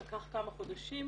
לקח כמה חודשים,